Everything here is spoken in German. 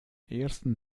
ersten